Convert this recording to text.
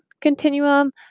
continuum